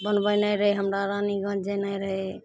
बनबनाइ रहै हमरा रानीगञ्ज जेनाइ रहै